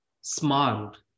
smiled